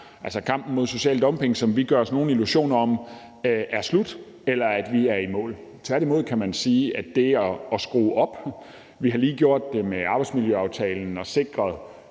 er kampen mod social dumping heller ikke en kamp, vi gør os nogen illusioner om er slut eller vi er i mål med. Tværtimod kan man sige, at vi har skruet op. Vi har lige gjort det med arbejdsmiljøaftalen og sikret